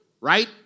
right